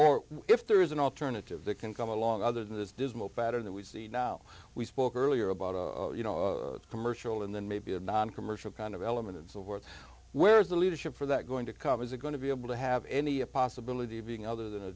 or if there is an alternative that can come along other than this dismal pattern that we see now we spoke earlier about you know a commercial and then maybe a noncommercial kind of element and so forth where is the leadership for that going to come is it going to be able to have any a possibility of being other than